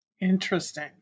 Interesting